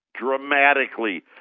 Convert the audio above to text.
dramatically